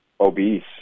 obese